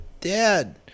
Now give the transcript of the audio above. Dad